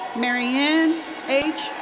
maryann h.